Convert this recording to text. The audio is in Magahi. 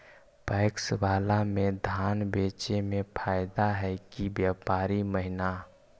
पैकस बाला में धान बेचे मे फायदा है कि व्यापारी महिना?